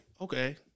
okay